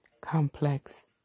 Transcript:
complex